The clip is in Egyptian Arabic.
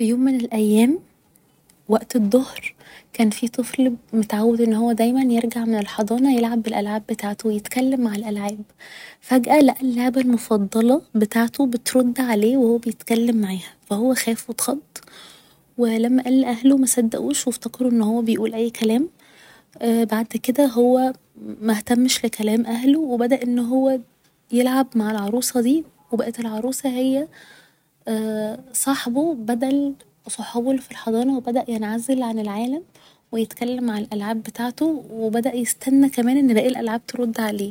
في يوم من الأيام وقت الضهر كان في طفل متعود انه هو دايما يرجع من الحضانة يلعب بالألعاب بتاعته و يتكلم مع الألعاب فجأة لقى اللعبة المفضلة بتاعته بترد عليه و هو بيتكلم معاها ف هو خاف و اتخض و لما قال لأهله مصدقوش و افتكروا ان هو بيقول اي كلام بعد كده هو مهتمش لكلام أهله و بدأ ان هو يلعب مع العروسة دي و بقت العروسة هي صاحبه بدل صحابه اللي في الحضانة و بدأ ينعزل عن العالم و يتكلم مع الألعاب بتاعته و بدأ يستنى كمان ان باقي الألعاب ترد عليه